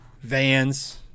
Vans